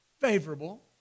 favorable